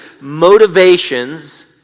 motivations